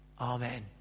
Amen